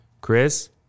Chris